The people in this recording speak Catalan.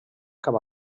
cap